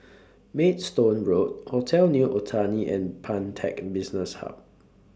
Maidstone Road Hotel New Otani and Pantech Business Hub